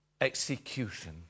execution